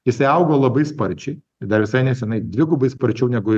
jisai augo labai sparčiai dar visai nesenai dvigubai sparčiau negu